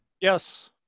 Yes